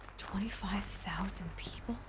twenty five thousand people?